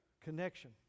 connection